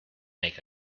make